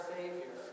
Savior